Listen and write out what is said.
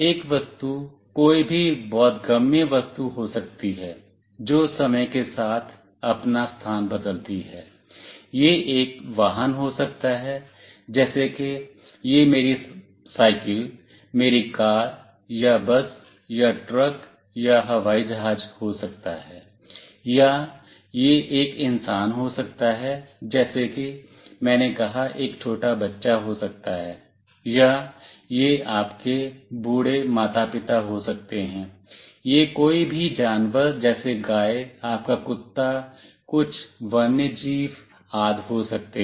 एक वस्तु कोई भी बोधगम्य वस्तु हो सकती है जो समय के साथ अपना स्थान बदलती है यह एक वाहन हो सकता है जैसे कि यह मेरी साइकिल मेरी कार या बस या ट्रक या हवाई जहाज हो सकता है या यह एक इंसान हो सकता है जैसा कि मैंने कहा एक छोटा बच्चा हो सकता है या यह आपके बूढ़े माता पिता हो सकते हैं यह कोई भी जानवर जैसे गाय आपका कुत्ता कुछ वन्यजीव आदि हो सकते हैं